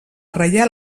reial